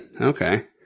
okay